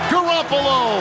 Garoppolo